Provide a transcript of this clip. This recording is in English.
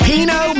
Pino